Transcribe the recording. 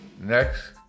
Next